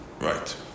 Right